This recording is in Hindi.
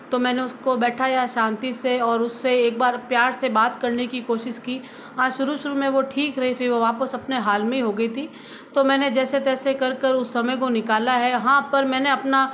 तो मैंने उसको बैठाया शांति से और उससे एक बार प्यार से बात करने कि कोशिश की हाँ शुरू शुरू में वो ठीक रही फिर वो वापस अपने हाल में हो गई थी तो मैंने जैसे तैसे कर कर उस समय को निकाला है हाँ पर मैंने अपना